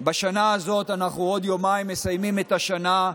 בשנה הזאת, בעוד יומיים אנחנו מסיימים את השנה,